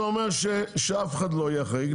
זה אומר שאף אחד לא יהיה אחראי,